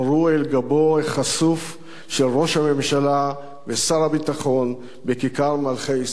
החשוף של ראש הממשלה ושר הביטחון בכיכר מלכי-ישראל בתל-אביב.